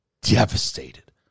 devastated